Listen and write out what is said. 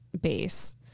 base